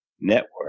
network